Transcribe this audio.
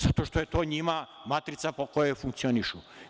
Zato što je to njima matrica po kojoj funkcionišu.